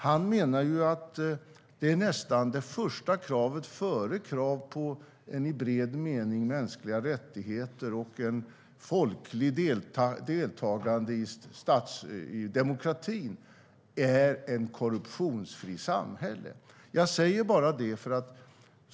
Han menar ju att det första kravet, nästan, är ett korruptionsfritt samhälle, före kravet på i bred mening mänskliga rättigheter och ett folkligt deltagande i demokratin.